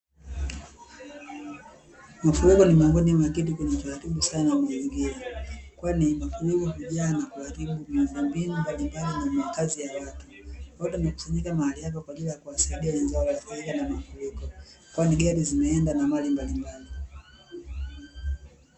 Mafuriko ni miongoni mwa kitu kinachoharibu sana mazingira, kwani mafuriko hujaa na kuharibu miundombinu mbalimbali na makazi ya watu. Watu wamekusanyika mahali hapa kwa ajili ya kuwasaidia wenzao wasifurikwe na mafuriko, kwani gari zimeenda na mali mbalimbali.